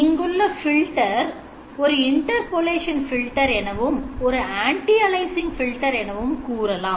இங்குள்ள filter H ஒரு interpolation filter எனவும் ஒரு antialiasing filter எனவும் கூறலாம்